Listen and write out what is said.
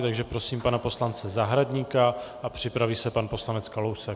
Takže prosím pana poslance Zahradníka a připraví se pan poslanec Kalousek.